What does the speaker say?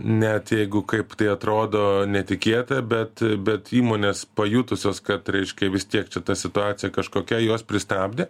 net jeigu kaip tai atrodo netikėta bet bet įmonės pajutusios kad reiškia vis tiek čia ta situacija kažkokia jos pristabdė